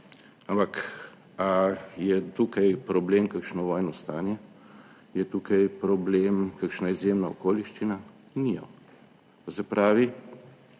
Ampak, a, je tukaj problem kakšno vojno stanje, je tukaj problem, kakšna izjemna okoliščina? Ni jo. To se pravi,